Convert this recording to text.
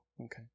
okay